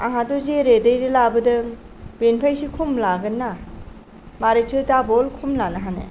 आंहाथ' जे रेदै लाबोदों बेनिफ्राय एसे खम लागोना मारैथो दाबल खम लानो हानो